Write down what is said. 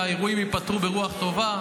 מעריך שהאירועים ייפתרו ברוח טובה,